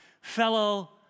fellow